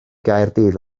gaerdydd